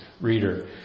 reader